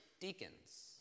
deacons